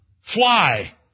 fly